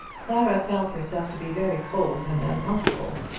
clara felt herself to be very cold and uncomfortable.